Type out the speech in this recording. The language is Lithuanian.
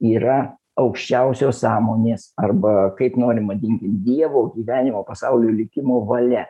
yra aukščiausios sąmonės arba kaip norim vadinkim dievo gyvenimo pasaulio likimo valia